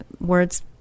words